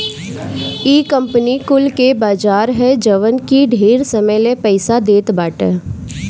इ कंपनी कुल के बाजार ह जवन की ढेर समय ले पईसा देत बाटे